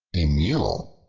a mule,